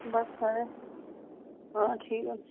बस खरे हां ठीक न